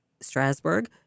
Strasbourg